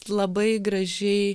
labai gražiai